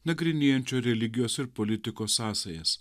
nagrinėjančio religijos ir politikos sąsajas